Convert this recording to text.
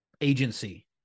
agency